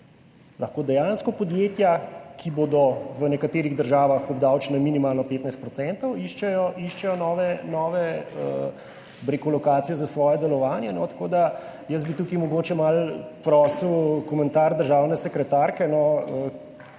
Lahko dejansko podjetja, ki bodo v nekaterih državah obdavčena minimalno 15 %, iščejo nove lokacije za svoje delovanje. Jaz bi tukaj mogoče malo prosil komentar državne sekretarke,